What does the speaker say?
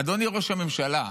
אדוני ראש הממשלה,